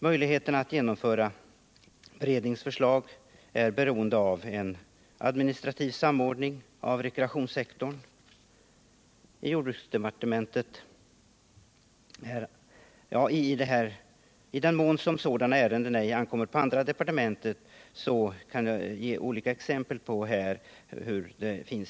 Möjligheterna att genomföra beredningens förslag är givetvis också beroende av att man skapar en administrativ samordning av rekreationssektorn inom jordbruksdepartementet. Rekreationssektorn är uppdelad på flera av departementen, och jag kan ge exempel på detta.